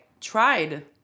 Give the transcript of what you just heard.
tried